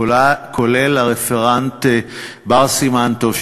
כולל הרפרנט בר סימן טוב,